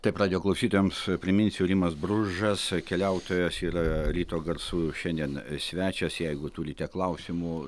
taip radijo klausytojams priminsiu rimas bružas keliautojas ir ryto garsų šiandien svečias jeigu turite klausimų